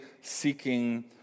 seeking